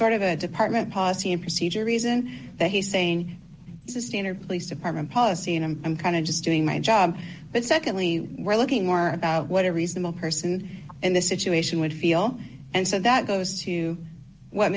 sort of a department policy and procedure reason that he's saying this is standard police department policy and i'm kind of just doing my job but secondly we're looking more about what a reasonable person in this situation would feel and so that goes to what